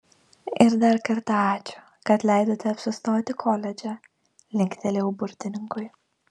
ir dar kartą ačiū kad leidote apsistoti koledže linktelėjau burtininkui